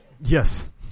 Yes